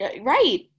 Right